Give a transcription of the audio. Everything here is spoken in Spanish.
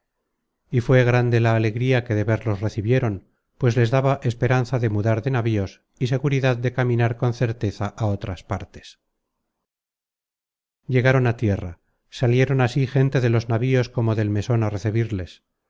y fué grande la alegría que de verlos recibieron pues les daba esperanza de mudar de navíos y seguridad de caminar con certeza á otras partes llegaron á tierra salieron así gente de los navios como del meson á recebirles